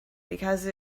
because